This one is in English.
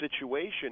situation